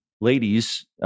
ladies